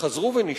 שחזרו ונשנו,